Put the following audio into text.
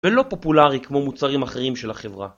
ולא פופולרי כמו מוצרים אחרים של החברה